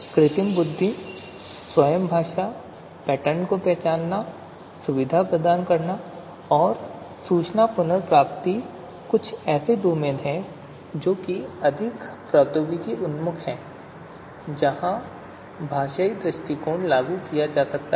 कृत्रिम बुद्धि स्वयं भाषा पैटर्न को पहचान सुविधा प्रदान करना और सूचना पुनर्प्राप्ति कुछ ऐसे डोमेन हैं जो अधिक प्रौद्योगिकी उन्मुख हैं जहां भाषाई दृष्टिकोण लागू किया जा सकता है